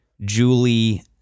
Julie